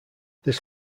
this